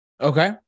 okay